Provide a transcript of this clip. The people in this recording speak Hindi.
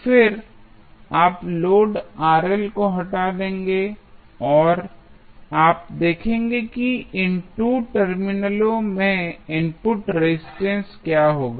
फिर आप लोड को हटा देंगे और आप देखेंगे कि इन 2 टर्मिनलों में इनपुट रेजिस्टेंस क्या होगा